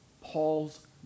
Paul's